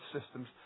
systems